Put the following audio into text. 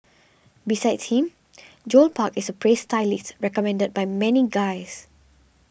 besides him Joel Park is a praised stylist recommended by many guys